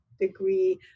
degree